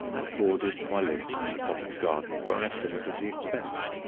and forwarded my list to covent garden for an estimate of the expense.